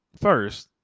First